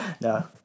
No